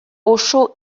oso